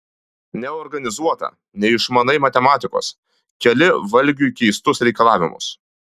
neorganizuota neišmanai matematikos keli valgiui keistus reikalavimus